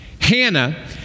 Hannah